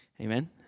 amen